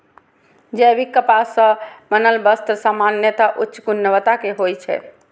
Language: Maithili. जैविक कपास सं बनल वस्त्र सामान्यतः उच्च गुणवत्ता के होइ छै